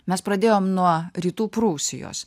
mes pradėjom nuo rytų prūsijos